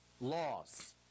laws